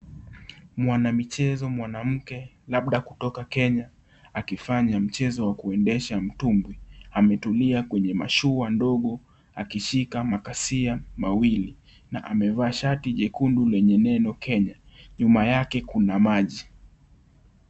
Mwanamichezo mwanamke, labda kutoka Kenya, akifanya mchezo wa kuenda sha mtumbwi, amerumua kwenye mashu ndogo, akishika makasia mawili, na amevaa shati jekundu lenye nembo yenye neno Kenya, nyuma yake kuna maji.